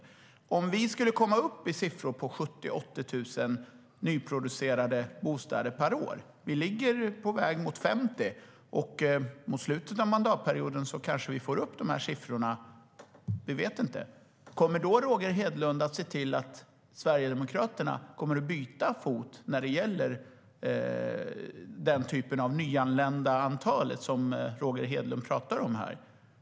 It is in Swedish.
Låt oss säga att vi skulle komma upp i 70 000-80 000 nyproducerade bostäder per år. Vi är på väg mot 50 000. Mot slutet av mandatperioden kanske vi får upp siffrorna - vi vet inte. Kommer Roger Hedlund då att se till att Sverigedemokraterna byter fot när det gäller de nyanlända som Roger Hedlund pratar om här?